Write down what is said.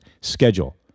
schedule